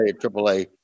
Triple-A